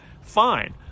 fine